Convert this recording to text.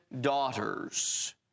daughters